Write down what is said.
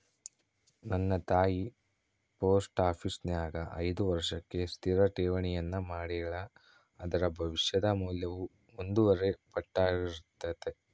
ನನ್ನ ತಾಯಿ ಪೋಸ್ಟ ಆಪೀಸಿನ್ಯಾಗ ಐದು ವರ್ಷಕ್ಕೆ ಸ್ಥಿರ ಠೇವಣಿಯನ್ನ ಮಾಡೆಳ, ಅದರ ಭವಿಷ್ಯದ ಮೌಲ್ಯವು ಒಂದೂವರೆ ಪಟ್ಟಾರ್ಗಿತತೆ